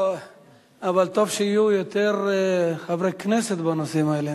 אבל טוב שיהיו יותר חברי כנסת בנושאים האלה,